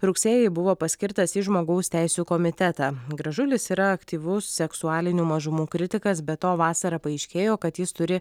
rugsėjį buvo paskirtas į žmogaus teisių komitetą gražulis yra aktyvus seksualinių mažumų kritikas be to vasarą paaiškėjo kad jis turi